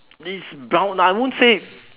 this brown I won't say it's